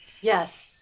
yes